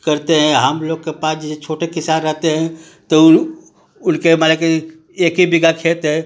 करते हैं हम लोग के पास जैसे छोटे किसान रहते हैं तो उनके माने कि एक बीघा खेत हैं